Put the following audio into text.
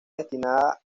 destinada